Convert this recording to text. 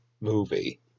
movie